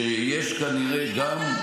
שיש כנראה גם,